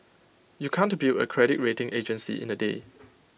you can't build A credit rating agency in A day